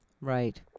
Right